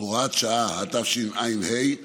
(הוראת שעה), התשע"ה 2014,